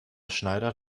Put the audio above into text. schneider